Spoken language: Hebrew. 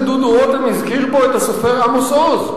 דודו רותם הזכיר פה את הסופר עמוס עוז,